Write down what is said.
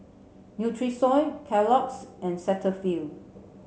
Nutrisoy Kellogg's and Cetaphil